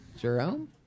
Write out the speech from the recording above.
Jerome